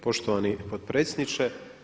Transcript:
Poštovani potpredsjedniče.